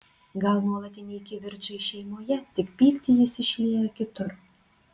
gal nuolatiniai kivirčai šeimoje tik pyktį jis išlieja kitur